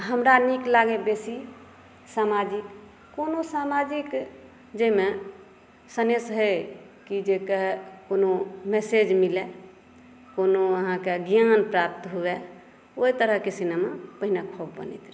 हमरा नीक लागैया बेसी समाजिक कोनो समाजिक जाहि मे सन्देश हो कि जकर कोनो मैसेज मिलय कोनो अहाँके ज्ञान प्राप्त हुए ओहि तरहक सिनेमा पहिने खूब बनैत रहय